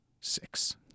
six